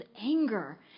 anger